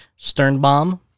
Sternbaum